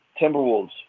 Timberwolves